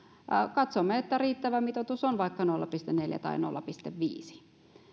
katsomme että riittävä mitoitus on vaikka nolla pilkku neljä tai nolla pilkku viides